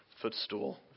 footstool